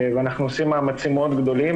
ואנחנו עושים מאמצים מאוד גדולים,